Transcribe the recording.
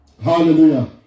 Hallelujah